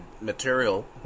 material